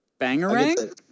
Bangarang